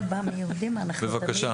אנחנו תמיד